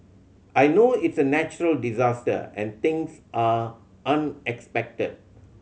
I know it's a natural disaster and things are unexpected